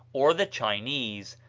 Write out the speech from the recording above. or the chinese,